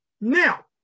Now